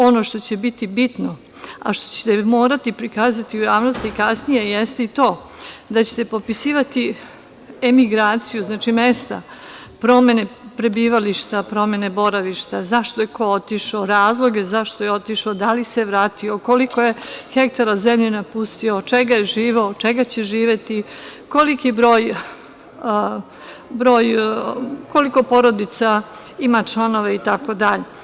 Ono što će biti bitno, a što ćete morati prikazati u javnosti i kasnije, jeste i to da ćete popisivati emigraciju, znači mesta promene prebivališta, promene boravišta, zašto je ko otišao, razloge zašto je otišao, da li se vratio, koliko je hektara zemlje napustio, od čega je živeo, od čega će živeti, koliko porodica ima članova itd.